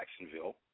Jacksonville